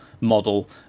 Model